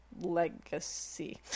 legacy